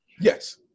Yes